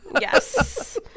Yes